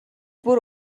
бүр